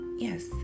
Yes